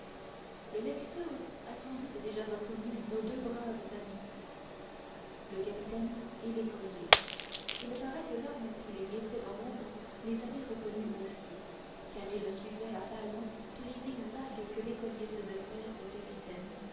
le lecteur a sans doute déjà reconnu nos deux braves amis le capitaine et l'écolier il paraît que l'homme qui les guettait dans l'ombre les avait reconnus aussi car il suivait à pas lents tous les zigzags que l'écolier faisait faire au capitaine